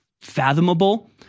fathomable